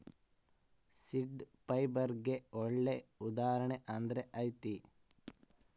seed ಫೈಬರ್ಗೆ ಒಳ್ಳೆ ಉದಾಹರಣೆ ಅಂದ್ರೆ ಹತ್ತಿ